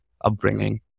upbringing